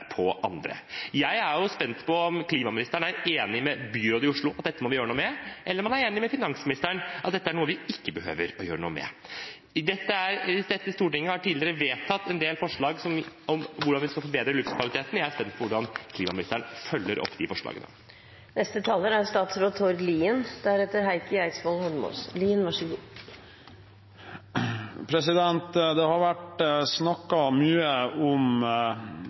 på andre. Jeg er spent på om klimaministeren er enig med byrådet i Oslo i at vi må gjøre noe med dette, eller om han er enig med finansministeren i at dette er noe vi ikke behøver å gjøre noe med. Dette storting har tidligere vedtatt en del forslag om hvordan vi skal forbedre luftkvaliteten, og jeg er spent på hvordan klimaministeren følger opp de forslagene. Det har vært snakket mye om Paris-avtalen og konsekvensene for norsk olje- og gassproduksjon. Jeg synes at vi noen ganger må minne oss selv på at vi i fellesskap faktisk har gjort veldig mye